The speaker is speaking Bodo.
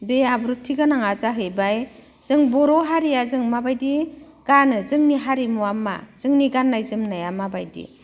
बे आब्रुथि गोनाङा जाहैबाय जों बर' हारिया जों माबायदि गानो जोंनि हारिमुवा मा जोंनि गाननाय जोमनाया माबायदि